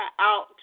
out